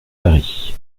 paris